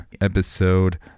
episode